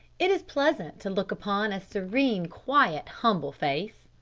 it is pleasant to look upon a serene, quiet, humble face.